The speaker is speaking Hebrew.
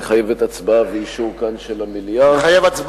מחייבת הצבעה ואישור כאן של המליאה.